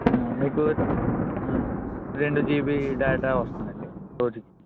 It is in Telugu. మీకు రెండు జీబీ డేటా వస్తుంది అండి రోజుకి